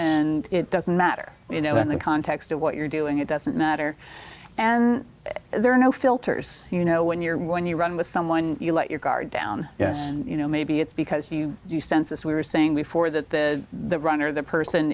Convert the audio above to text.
and it doesn't matter you know in the context of what you're doing it doesn't matter and there are no filters you know when you're when you run with someone you let your guard down and you know maybe it's because you do sense as we were saying before that the runner the person